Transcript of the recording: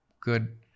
good